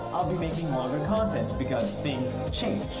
i'll be making longer content, because things change.